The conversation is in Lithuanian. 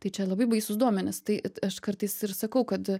tai čia labai baisūs duomenys tai aš kartais ir sakau kad